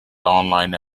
online